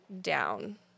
down